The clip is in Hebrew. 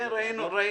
כן, ראינו.